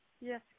Yes